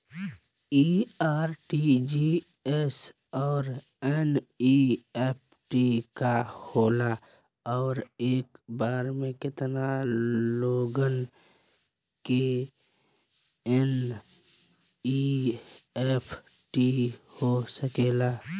इ आर.टी.जी.एस और एन.ई.एफ.टी का होला और एक बार में केतना लोगन के एन.ई.एफ.टी हो सकेला?